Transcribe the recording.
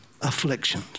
affliction